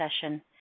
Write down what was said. session